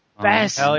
Best